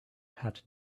had